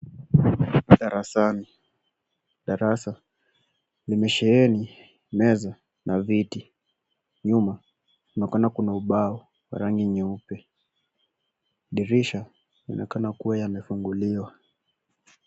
Darasani, darasa limesheheni meza na viti. Nyuma kunaonekana kuna ubao wa rangi nyeupe. Dirisha yanaonekana kuwa yamefunguliwa.